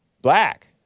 Black